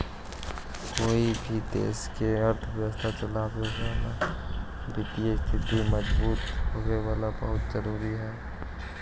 कोई भी देश के अर्थव्यवस्था चलावे वित्तीय स्थिति के मजबूत होवेला बहुत जरूरी हइ